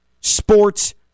sports